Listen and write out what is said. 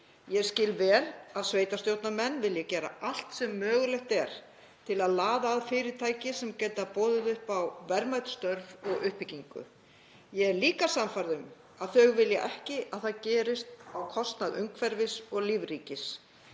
Ég skil vel að sveitarstjórnarmenn vilji gera allt sem mögulegt er til að laða að fyrirtæki sem geta boðið upp á verðmæt störf og uppbyggingu. Ég er líka sannfærð um að þau vilja ekki að það gerist á kostnað umhverfis og lífríkis